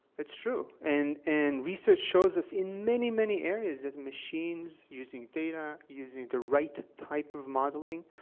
it's true, and and research shows us in many, many areas, that machines, using data, using the right type of modeling,